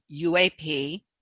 uap